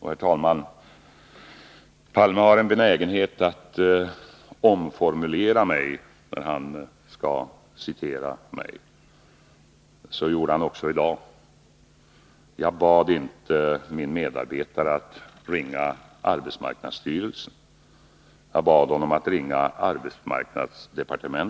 Herr talman! Olof Palme har en benägenhet att omformulera mina yttranden när han skall citera mig. Så gjorde han också i dag. Jag bad inte min medarbetare att ringa arbetsmarknadsstyrelsen. Jag bad honom att ringa arbetsmarknadsdepartementet.